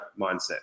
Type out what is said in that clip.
mindset